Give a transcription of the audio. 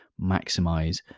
maximize